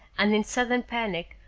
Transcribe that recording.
and, in sudden panic,